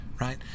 right